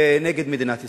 נגד מדינת ישראל.